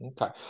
Okay